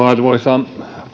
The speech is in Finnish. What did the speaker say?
arvoisa